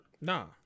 Nah